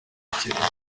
umusirikare